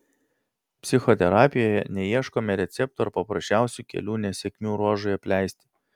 psichoterapijoje neieškome receptų ar paprasčiausių kelių nesėkmių ruožui apleisti